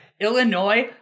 Illinois